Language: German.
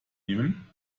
nehmen